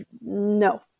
no